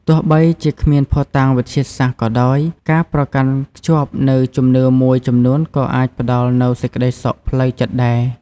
ទោះបីជាគ្មានភស្តុតាងវិទ្យាសាស្ត្រក៏ដោយ ការប្រកាន់ខ្ជាប់នូវជំនឿមួយចំនួនក៏អាចផ្តល់នូវសេចក្តីសុខផ្លូវចិត្តដែរ ។